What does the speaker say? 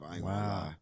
Wow